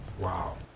Wow